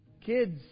Kids